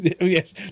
Yes